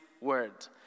word